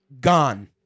gone